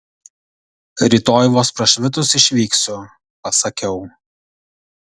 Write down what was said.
rytoj vos prašvitus išvyksiu pasakiau